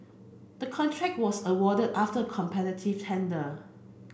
the contract was awarded after a competitive tender